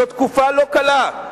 זאת תקופה לא קלה,